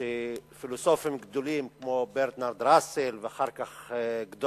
פילוסופים גדולים כמו ברטרנד ראסל, אחר כך אחד